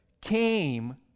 came